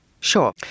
Sure